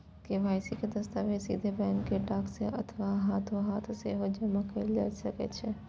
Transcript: KYC दस्तावेज सीधे bank कें डाक सं अथवा हाथोहाथ सेहो जमा कैल जा सकै छै